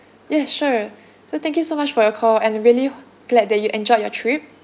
yes sure so thank you so much for your call and really glad that you enjoyed your trip